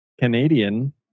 Canadian